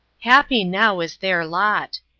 happy now is their lot!